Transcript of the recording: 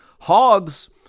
Hogs